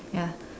ya